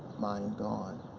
mind gone.